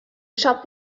shop